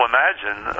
Imagine